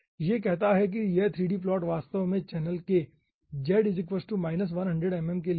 यह कहता है कि यह 3d प्लॉट वास्तव में चैनल के z 100 mm के लिए है ठीक है